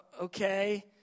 okay